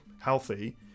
healthy